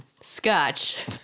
Scotch